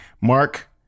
Mark